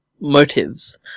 motives